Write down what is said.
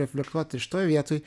reflektuoti šitoj vietoj